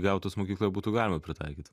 gautus mokykloj būtų galima pritaikyt